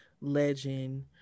legend